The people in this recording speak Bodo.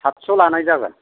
सातस' लानाय जागोन